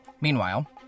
Meanwhile